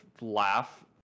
laugh